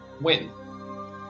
win